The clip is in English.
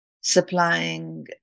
supplying